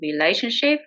relationship